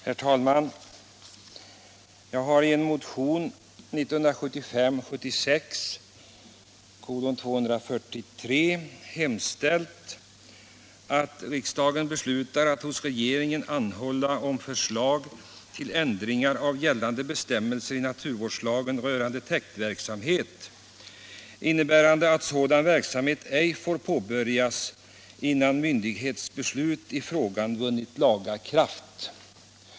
Herr talman! Jag har i en motion, 1975/76:243, hemställt att riksdagen beslutar att hos regeringen anhålla om förslag till ändringar av gällande bestämmelser i naturvårdslagen rörande täktverksamhet, innebärande att sådan verksamhet ej får påbörjas innan myndighets beslut i frågan vunnit laga kraft.